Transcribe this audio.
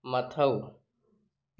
ꯃꯊꯧ